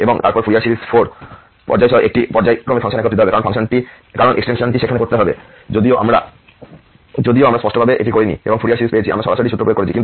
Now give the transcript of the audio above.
এবং তারপর Fourier series 4 পর্যায় সহ একটি পর্যায়ক্রমিক ফাংশনে একত্রিত হবে কারণ এই এক্সটেনশনটি সেখানে করতে হবে যদিও আমরা স্পষ্টভাবে এটি করিনি এবং ফুরিয়ার সিরিজ পেয়েছি আমরা সরাসরি সূত্র প্রয়োগ করেছি